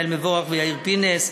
יעל מבורך ויאיר פינס,